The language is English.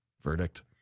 verdict